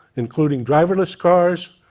including driverless cars,